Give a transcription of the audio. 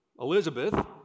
Elizabeth